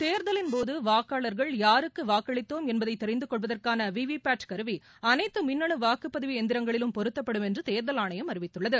தேர்தலின் போது வாக்காளர்கள் யாருக்கு வாக்களித்தோம் என்பதை தெரிந்து கொள்வதற்கான வி வி பேட் கருவி அனைத்து மின்னனு வாக்குப்பதிவு எந்திரங்களிலும் பொருத்தப்படும் என்று தேர்தல் ஆணையம் அறிவித்துள்ளது